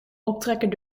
optrekken